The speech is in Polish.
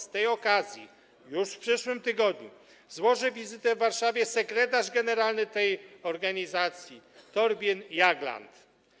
Z tej okazji już w przyszłym tygodniu wizytę w Warszawie złoży sekretarz generalny tej organizacji Thorbjörn Jagland.